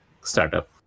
startup